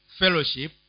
fellowship